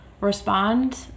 respond